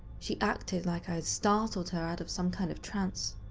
she acted like i had startled her out of some kind of trance.